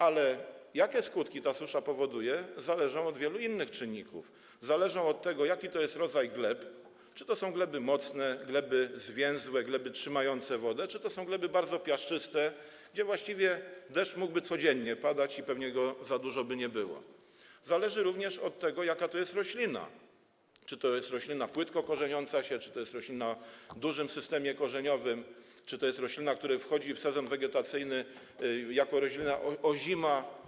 Ale to, jakie skutki ta susza powoduje, zależy od wielu innych czynników: od tego, jaki to jest rodzaj gleby - czy to są gleby mocne, gleby zwięzłe, gleby trzymające wodę, czy to są gleby bardzo piaszczyste, gdzie właściwie deszcz mógłby codziennie padać i pewnie za dużo by go nie było; również od tego, jaka to jest roślina - czy to jest roślina płytko korzeniąca się, czy to jest roślina o dużym systemie korzeniowym, czy to jest roślina, która wchodzi w sezon wegetacyjny jako roślina ozima.